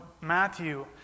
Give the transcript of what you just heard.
Matthew